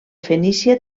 fenícia